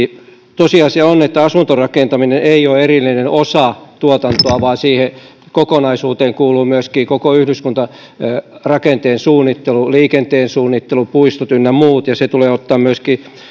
tosiasia on että asuntorakentaminen ei ole erillinen osa tuotantoa vaan siihen kokonaisuuteen kuuluu myöskin koko yhdyskuntarakenteen suunnittelu liikenteen suunnittelu puistot ynnä muut ja se tulee ottaa myöskin